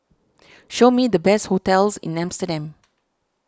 show me the best hotels in Amsterdam